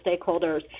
stakeholders